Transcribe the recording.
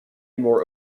more